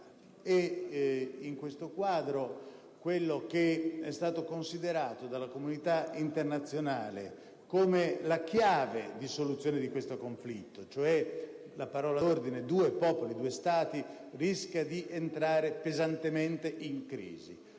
e in questo quadro ciò che è stato considerato dalla comunità internazionale come la chiave di volta per la soluzione del conflitto, cioè la parola d'ordine «due popoli, due Stati», rischia di entrare pesantemente in crisi.